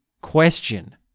question